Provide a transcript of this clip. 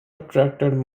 attracted